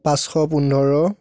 পাঁচশ পোন্ধৰ